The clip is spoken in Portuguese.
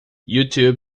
youtube